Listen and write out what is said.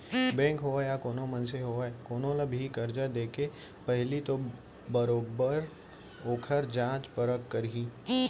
bank होवय या कोनो मनसे होवय कोनो ल भी करजा देके पहिली तो बरोबर ओखर जाँच परख करही